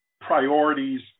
priorities